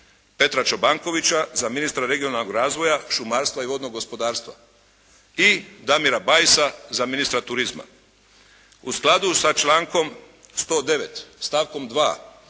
Petra Čobankovića za ministra regionalnog razvoja, šumarstva i vodnog gospodarstva, i Damira Bajsa za ministra turizma. U skladu sa člankom 109. stavkom 2.